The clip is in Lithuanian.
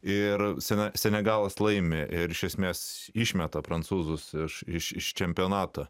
ir sene senegalas laimi ir iš esmės išmeta prancūzus iš čempionato